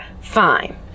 fine